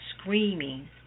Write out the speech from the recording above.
screaming